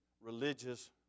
religious